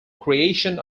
creation